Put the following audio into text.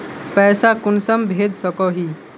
पैसा कुंसम भेज सकोही?